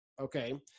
Okay